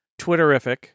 Twitterific